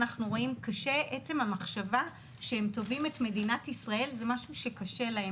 אנחנו רואים שעצם המחשבה שהם תובעים את מדינת ישראל זה משהו שקשה להם,